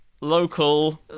Local